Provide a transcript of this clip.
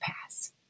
pass